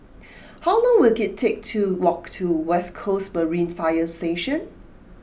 how long will it take to walk to West Coast Marine Fire Station